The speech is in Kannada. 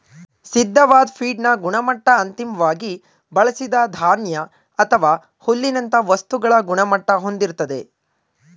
ಸಿದ್ಧವಾದ್ ಫೀಡ್ನ ಗುಣಮಟ್ಟ ಅಂತಿಮ್ವಾಗಿ ಬಳ್ಸಿದ ಧಾನ್ಯ ಅಥವಾ ಹುಲ್ಲಿನಂತ ವಸ್ತುಗಳ ಗುಣಮಟ್ಟ ಹೊಂದಿರ್ತದೆ